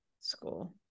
school